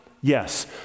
Yes